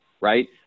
right